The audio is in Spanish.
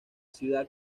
ciudad